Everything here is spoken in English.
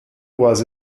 was